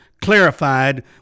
clarified